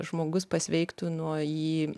žmogus pasveiktų nuo jį